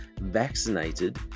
vaccinated